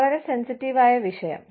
വളരെ സെൻസിറ്റീവായ വിഷയം